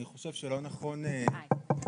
אני חושב שלא נכון לתת